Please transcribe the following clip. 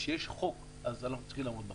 כשיש חוק, אז אנחנו צריכים לעמוד בחוק.